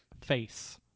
face